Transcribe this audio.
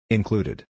Included